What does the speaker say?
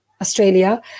australia